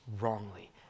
wrongly